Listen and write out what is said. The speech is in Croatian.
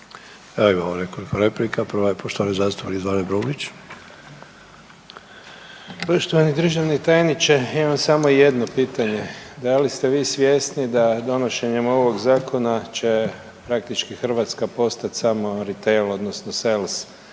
Evo imamo nekoliko replika, prva je poštovani zastupnik Zvane Brumnić. **Brumnić, Zvane (SDP)** Poštovani državni tajniče imam samo jedno pitanje. Da li ste vi svjesni da donošenjem ovog zakona će praktički Hrvatska postat samo ritel odnosno sels